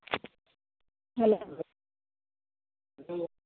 hello